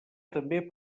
també